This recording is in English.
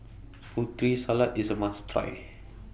Putri Salad IS A must Try